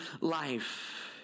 life